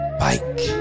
bike